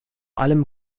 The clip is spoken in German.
allem